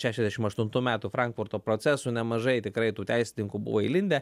šešiasdešim aštuntų metų frankfurto procesų nemažai tikrai tų teisininkų buvo įlindę